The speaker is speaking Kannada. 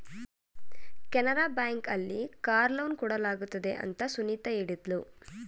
ಕೆನರಾ ಬ್ಯಾಂಕ್ ಅಲ್ಲಿ ಕಾರ್ ಲೋನ್ ಕೊಡಲಾಗುತ್ತದೆ ಅಂತ ಸುನಿತಾ ಹೇಳಿದ್ಲು